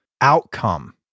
outcome